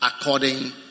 according